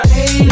Hey